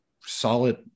solid